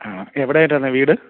ആ എവിടെയായിട്ടാണ് വീട്